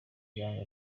ibanga